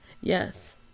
Yes